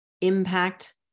impact